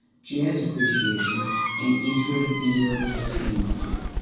jazz appreciation and intro to theater just to name a few